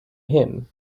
him